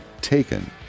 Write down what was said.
taken